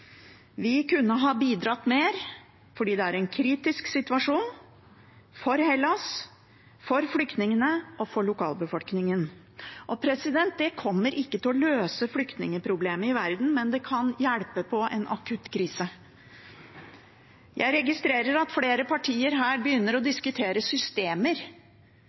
Vi kunne ha bidratt mer fordi det er en kritisk situasjon for Hellas, for flyktningene og for lokalbefolkningen. Det kommer ikke til å løse flyktningproblemet i verden, men det kan hjelpe på en akutt krise. Jeg registrerer at flere partier her begynner å diskutere systemer.